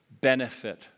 benefit